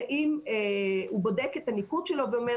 זה אם הוא בודק את הניקוד שלו ואומר,